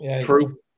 True